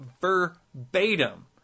verbatim